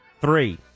Three